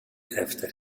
efter